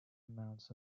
amounts